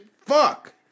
Fuck